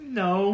no